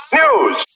news